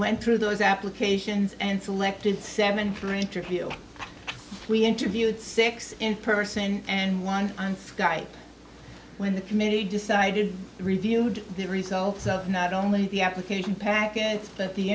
went through those applications and selected seven for interview we interviewed six in person and one on skype when the committee decided reviewed the results of not only the application packets but the